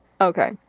Okay